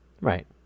Right